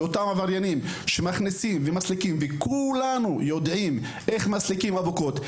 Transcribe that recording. ואותם עבריינים שמכניסים ומסליקים וכולנו יודעים איך מדליקים אבוקות,